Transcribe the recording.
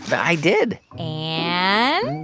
but i did and?